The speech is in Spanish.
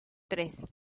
tres